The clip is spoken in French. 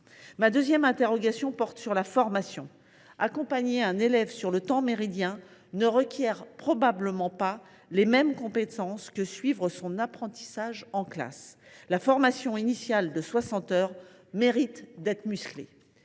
Je m’interroge également sur la formation. Accompagner un élève durant le temps méridien ne requiert probablement pas les mêmes compétences que pour suivre son apprentissage en classe. La formation initiale de soixante heures mérite d’être musclée.